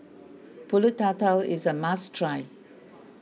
Pulut Tatal is a must try